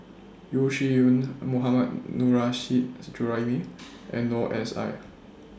Yeo Shih Yun Mohammad Nurrasyid Juraimi and Noor S I